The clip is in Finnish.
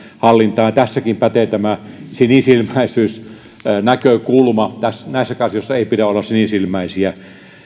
hallintaan ja tässäkin pätee tämä sinisilmäisyysnäkökulma näissäkään asioissa ei pidä olla sinisilmäisiä ne ovat